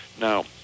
Now